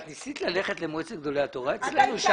את ניסית ללכת למועצת גדולי התורה אצלנו?